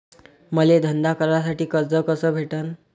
मले धंदा करासाठी कर्ज कस भेटन?